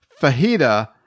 fajita